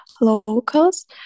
locals